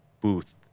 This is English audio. booth